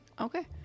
Okay